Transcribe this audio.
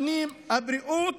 הפנים, הבריאות